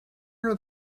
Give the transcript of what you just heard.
are